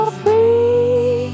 free